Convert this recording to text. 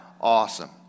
awesome